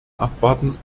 abwarten